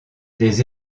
des